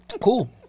Cool